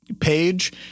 page